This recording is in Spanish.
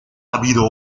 habido